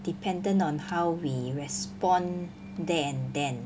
dependent on how we respond there and then